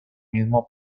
mismo